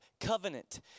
covenant